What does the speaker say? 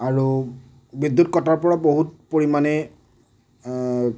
আৰু বিদ্যুৎ কটাৰ পৰা বহুত পৰিমাণে